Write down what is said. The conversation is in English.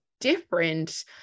different